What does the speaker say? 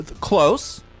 Close